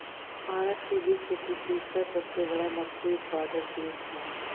भारत विश्व के तीसरा सबसे बड़ मछली उत्पादक देश ह